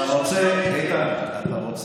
אם אתה רוצה לדבר,